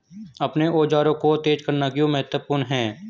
अपने औजारों को तेज करना क्यों महत्वपूर्ण है?